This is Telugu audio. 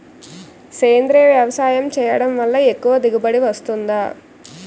సేంద్రీయ వ్యవసాయం చేయడం వల్ల ఎక్కువ దిగుబడి వస్తుందా?